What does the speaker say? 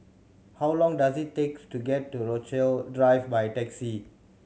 how long does it takes to get to Rochalie Drive by taxi